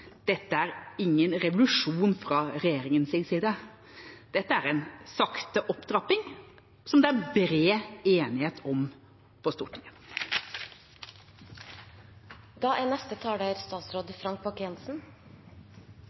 dette er ingen revolusjon fra regjeringas side. Dette er en sakte opptrapping, som det er bred enighet om på Stortinget. Jeg mener det er